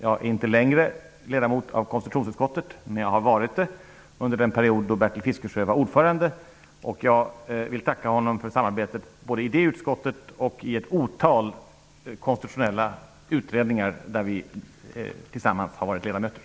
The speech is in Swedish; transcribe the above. Jag är inte längre ledamot av konstitutionsutskottet, men jag har varit det under den period då Bertil Fiskesjö var ordförande. Jag vill tacka honom för samarbetet både i det utskottet och i ett otal konstitutionella utredningar där vi har varit ledamöter.